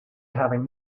having